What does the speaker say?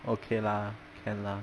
okay lah can lah